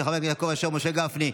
של חברי הכנסת יעקב אשר ומשה גפני,